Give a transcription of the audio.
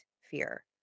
fear